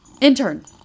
Intern